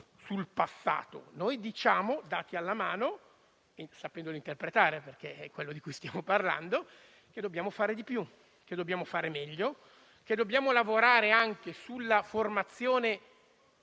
sul passato, ma diciamo - dati alla mano e sapendoli interpretare, perché è quello di cui stiamo parlando - che dobbiamo fare di più e meglio e dobbiamo lavorare anche sulla formazione *in